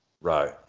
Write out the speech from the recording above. Right